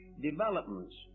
developments